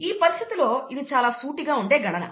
ఈ పరిస్థితిలో ఇది చాలా సూటిగా ఉండే గణన